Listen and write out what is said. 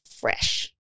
fresh